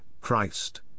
Christ